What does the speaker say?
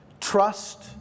trust